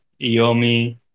Iomi